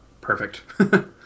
perfect